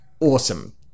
awesome